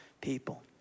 people